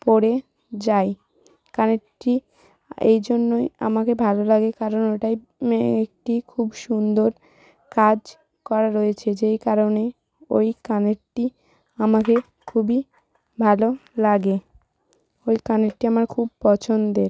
পরে যাই কানেরটি এই জন্যই আমাকে ভালো লাগে কারণ ওটায় একটি খুব সুন্দর কাজ করা রয়েছে যেই কারণে ওই কানেরটি আমাকে খুবই ভালো লাগে ওই কানেরটি আমার খুব পছন্দের